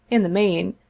in the main,